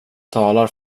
talar